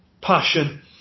Passion